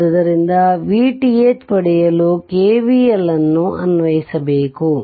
ಆದ್ದರಿಂದ Vth ಪಡೆಯಲು KVLಅನ್ನು ಅನ್ವಯಿಸಿಬೇಕು